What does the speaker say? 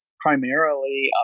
primarily